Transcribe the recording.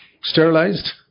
sterilized